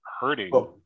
hurting